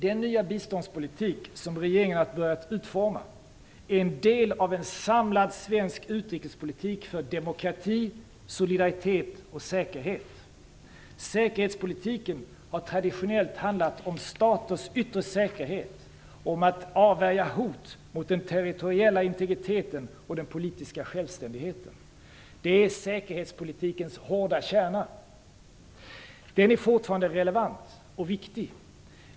Den nya biståndspolitiken, som regeringen har börjat utforma, är en del av en samlad svensk utrikespolitik för demokrati, solidaritet och säkerhet. Säkerhetspolitiken har traditionellt handlat om staters yttre säkerhet, om att avvärja hot mot den territoriella integriteten och den politiska självständigheten. Det är säkerhetspolitikens hårda kärna. Den är fortfarande relevant och viktig.